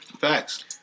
Facts